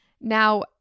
Now